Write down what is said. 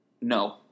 No